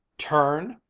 turn!